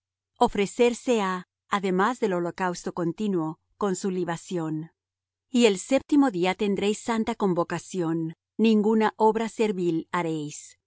ofrecerse ha además del holocausto continuo con su libación y el séptimo día tendréis santa convocación ninguna obra servil haréis